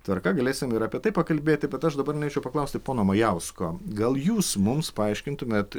tvarka galėsim ir apie tai pakalbėti bet aš dabar norėčiau paklausti pono majausko gal jūs mums paaiškintumėt